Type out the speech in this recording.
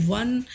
one